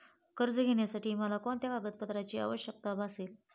कर्ज घेण्यासाठी मला कोणत्या कागदपत्रांची आवश्यकता भासेल?